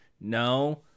No